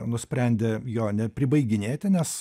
nusprendė jo nepribaiginėti nes